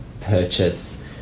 purchase